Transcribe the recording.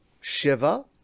Shiva